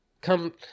come